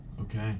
Okay